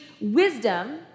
wisdom